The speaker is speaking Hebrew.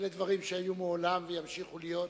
אלה דברים שהיו מעולם, וימשיכו להיות.